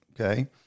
okay